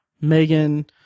megan